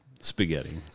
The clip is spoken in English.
spaghetti